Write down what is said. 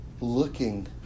looking